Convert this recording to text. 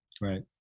Right